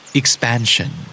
expansion